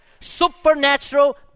supernatural